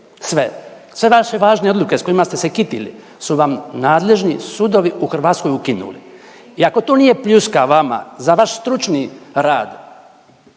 sve vaše važne odluke s kojima ste se kitili su vam nadležni sudovi u Hrvatskoj ukinuli. I ako to nije pljuska vama za vaš stručni rad,